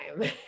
time